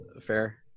fair